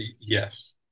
yes